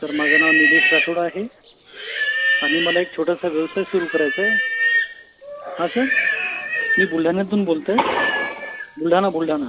sir माझं नाव निलेश राठोड आहे आणि मला एक छोटासा व्यवसाय सुरू करायचा आहे हां सर मी बुलढाण्यातून बोलतो आहे बुलढाणा बुलढाणा